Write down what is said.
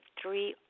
three